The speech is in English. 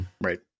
right